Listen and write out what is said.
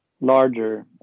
larger